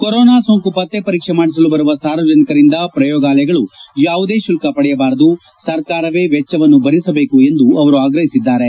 corona ಸೋಂಕು ಪತ್ತೆ ಪರೀಕ್ಷೆ ಮಾಡಿಸಲು ಬರುವ ಸಾರ್ವಜನಿಕರಿಂದ ಪ್ರಯೋಗಾಲಯಗಳು ಯಾವುದೇ ಶುಲ್ತ ಪಡೆಯಬಾರದು ಸರ್ಕಾರವೇ ವೆಚ್ಚವನ್ನು ಭರಿಸಬೇಕು ಎಂದು ಅವರು ಆಗ್ರಹಿಸಿದ್ದಾರೆ